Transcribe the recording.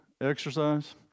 exercise